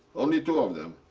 only two of them.